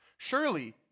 Surely